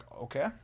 okay